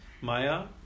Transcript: Maya